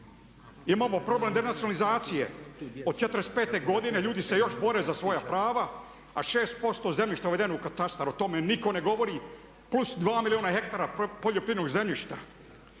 Imamo problem denacionalizacije od '45. godine, ljudi se još bore za svoja prava, a 6% zemljišta je uvedeno u katastar. O tome nitko ne govori. Plus 2 milijuna hektara poljoprivrednog zemljišta.